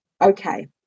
Okay